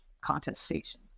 contestation